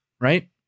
right